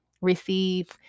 receive